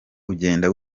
ugenda